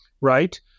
right